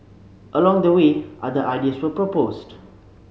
along the way other ideas were proposed